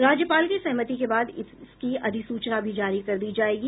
राज्यपाल के सहमति के बाद इसकी अधिसूचना भी जारी कर दी गयी है